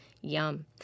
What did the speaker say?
Yum